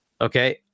Okay